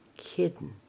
hidden